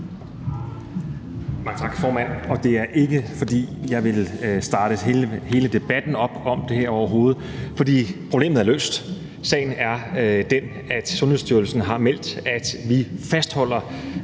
Mange tak, formand, og det er overhovedet ikke, fordi jeg vil starte hele debatten om det her op, for problemet er løst. Sagen er den, at Sundhedsstyrelsen har meldt, at vi fastholder